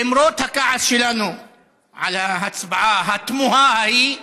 למרות הכעס שלנו על ההצבעה התמוהה ההיא,